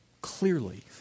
clearly